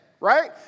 right